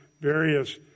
various